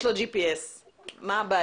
יש לו GPS. מה הבעיה?